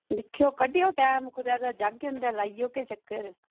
दिक्खेओ कड्ढेओ टैम कुतै ते जाह्गे उं'दै ते लाई औगे चक्कर